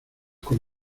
con